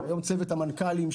אני מקווה שצוות המנכ"לים,